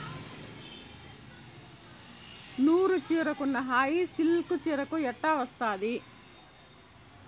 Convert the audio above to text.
నూరు చీరకున్న హాయి సిల్కు చీరకు ఎట్టా వస్తాది